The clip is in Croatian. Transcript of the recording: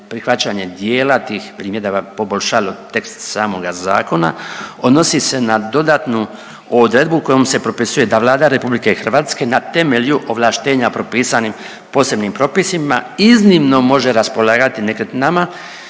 prihvaćanje dijela tih primjedaba poboljšalo tekst samoga zakona, odnosi se na dodatnu odredbu kojom se propisuje da Vlada RH na temelju ovlaštenja propisanim posebnim propisima iznimno može raspolagati nekretninama